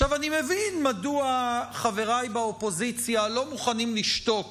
עכשיו אני מבין מדוע חבריי באופוזיציה לא מוכנים לשתוק